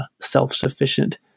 self-sufficient